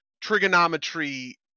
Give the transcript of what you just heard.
trigonometry